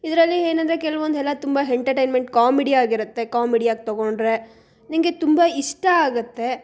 ಇದರಲ್ಲಿ ಏನಂದ್ರೆ ಕೆಲ್ವೊಂದೆಲ್ಲ ತುಂಬ ಹೆಂಟರ್ಟೈನ್ಮೆಂಟ್ ಕಾಮಿಡಿ ಆಗಿರುತ್ತೆ ಕಾಮಿಡಿಯಾಗಿ ತೊಗೊಂಡರೆ ನಿನಗೆ ತುಂಬ ಇಷ್ಟ ಆಗುತ್ತೆ